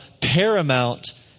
paramount